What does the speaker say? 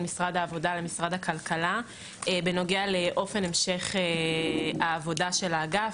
מרד העבודה למשרד הכלכלה בנוגע לאופן המשך העבודה של האגף,